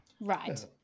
Right